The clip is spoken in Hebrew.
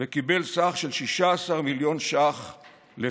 וקיבל סכום של 16 מיליון ש"ח לפחות.